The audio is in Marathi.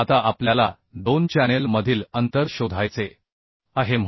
आता आपल्याला दोन चॅनेल मधील अंतर शोधायचे आहे